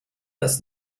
dass